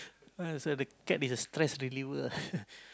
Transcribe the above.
ah so the cat is a stress reliever ah